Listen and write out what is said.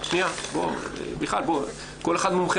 מיכל, בואי, כל אחד מומחה.